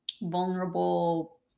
vulnerable